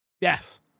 yes